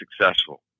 successful